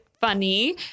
funny